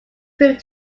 proved